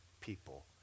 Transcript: people